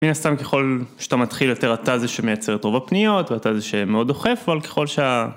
מן הסתם ככל שאתה מתחיל יותר אתה זה שמייצר את רוב הפניות ואתה זה שמאוד דוחף אבל ככל שה...